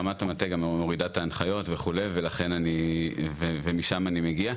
רמת המטה גם מורידה הנחיות וכו' ומשם אני מגיע,